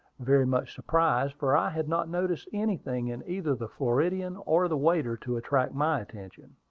very much surprised, for i had not noticed anything in either the floridian or the waiter to attract my attention.